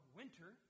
winter